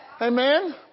Amen